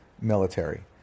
military